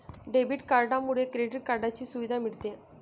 debit कार्डमुळे credit कार्डची सुविधा मिळते